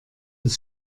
das